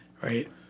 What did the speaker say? Right